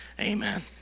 amen